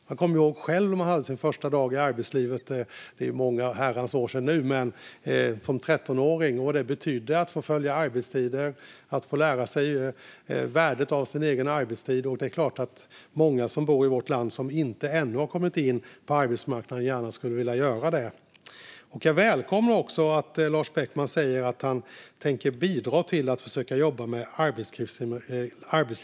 Jag kommer ihåg när jag som 13-åring hade min första dag i arbetslivet - det är många herrans år sedan nu - och vad det betydde att få följa arbetstider och att få lära sig värdet av sin egen arbetstid. Det är klart att många som bor i vårt land men som ännu inte har kommit in på arbetsmarknaden gärna skulle vilja göra detta. Jag välkomnar att Lars Beckman säger att han tänker bidra till att försöka jobba mot arbetslivskriminaliteten.